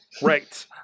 right